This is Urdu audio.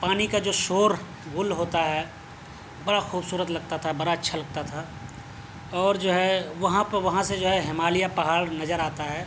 پانی کا جو شور غل ہوتا ہے بڑا خوبصورت لگتا تھا بڑا اچھا لگتا تھا اور جو ہے وہاں پہ وہاں سے جو ہے ہمالیہ پہاڑ نظر آتا ہے